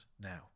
now